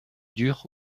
dure